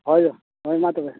ᱦᱳᱭ ᱦᱳᱭ ᱢᱟ ᱛᱚᱵᱮ